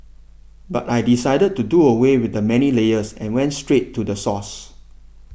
but I decided to do away with the many layers and went straight to the source